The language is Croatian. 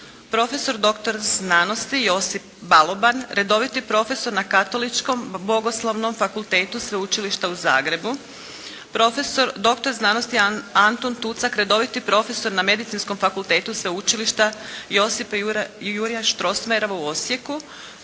profesor doktor Josip Baloban, redoviti profesor na Katoličkom bogoslovnom fakultetu Sveučilišta u Zagrebu, profesor doktor znanosti Antun Tucak, redoviti profesor na Medicinskom fakultetu Sveučilišta Josipa Jurja Strossmayera u Osijeku,